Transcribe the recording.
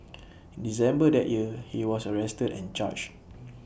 December that year he was arrested and charged